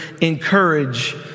encourage